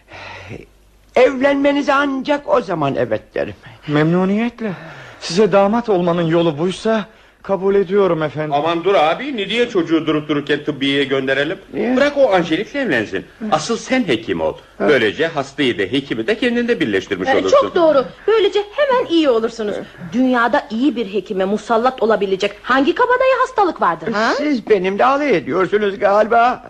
Evlenmenize ancak o zaman evet derim. Memnuniyetle. Size damat olmanın yolu buysa kabul ediyorum efendim. Aman dur abi, ne diye çocuğu durup dururken tıbbiyeye gönderelim? Evet. Bırak o Angelik'le evlensin. Asıl sen hekim ol. Böylece hastayı da, hekimi de kendinde birleştirmiş Ee, olursun. çok doğru. Böylece hemen iyi olursunuz. Dünyada iyi bir hekime musallat olabilecek hangi kabadayı hastalık vardır, ha? Siz benimle alay ediyorsunuz galiba.